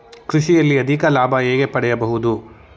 ಕೃಷಿಯಲ್ಲಿ ಅಧಿಕ ಲಾಭ ಹೇಗೆ ಪಡೆಯಬಹುದು?